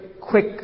quick